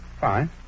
Fine